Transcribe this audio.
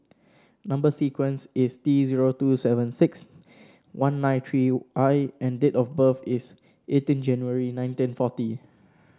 number sequence is T zero two seven six one nine three I and the date of birth is eighteen January nineteen forty